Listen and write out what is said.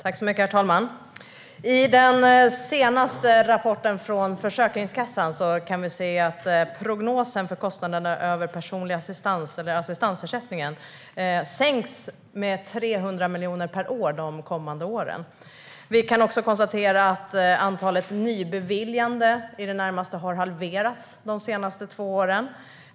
Herr talman! I den senaste rapporten från Försäkringskassan kan vi se att prognosen för kostnaderna för personlig assistans - assistansersättningen - sänks med 300 miljoner per år under de kommande åren. Vi kan också konstatera att antalet nybeviljade ersättningar i det närmaste har halverats de senaste två åren.